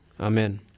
Amen